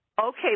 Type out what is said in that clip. Okay